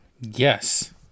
Yes